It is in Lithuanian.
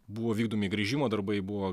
buvo vykdomi gręžimo darbai buvo